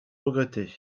regretter